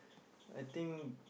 I think